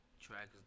tracks